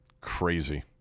Crazy